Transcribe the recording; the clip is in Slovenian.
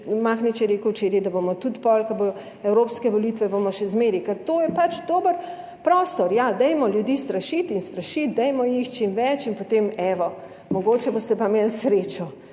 Mahnič je rekel včeraj, da bomo tudi pol, ko bodo evropske volitve, bomo še zmeraj. Ker to je pač dober prostor, ja, dajmo ljudi strašiti in strašiti, dajmo jih čim več in potem, evo, mogoče boste pa imeli srečo,